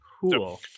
Cool